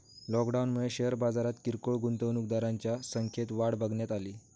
लॉकडाऊनमुळे शेअर बाजारात किरकोळ गुंतवणूकदारांच्या संख्यात वाढ बघण्यात अली